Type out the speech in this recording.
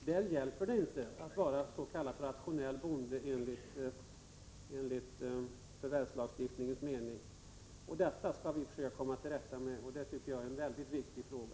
Där hjälper det inte att vara s.k. rationell bonde enligt jordförvärvslagens mening. Detta skall vi försöka komma till rätta med. Det tycker jag är en mycket viktig fråga.